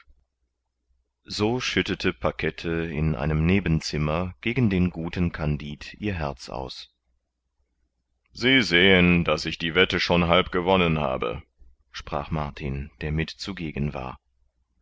so schüttete pakette in einem nebenzimmer gegen den guten kandid ihr herz aus sie sehen daß ich die wette schon halb gewonnen habe sprach martin der mit zugegen war